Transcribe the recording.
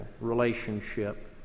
relationship